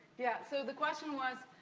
yeah, so the question was,